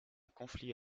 conflit